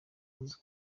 yavuze